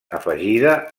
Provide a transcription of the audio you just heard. afegida